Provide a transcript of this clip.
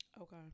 okay